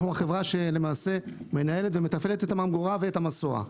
אנחנו החברה שמנהלת ומתפעלת את הממגורה ואת המסוע.